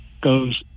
goes